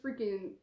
freaking